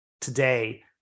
today